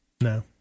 No